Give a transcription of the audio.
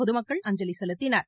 பொதுமக்கள் அஞ்சலி செலுத்தினர்